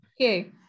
okay